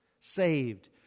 saved